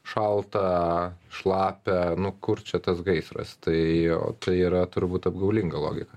šalta šlapia nu kur čia tas gaisras tai o tai yra turbūt apgaulinga logika